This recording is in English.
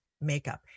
makeup